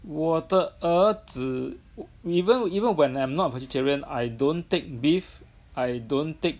我的儿子 even even when I'm not vegetarian I don't take beef I don't take